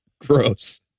Gross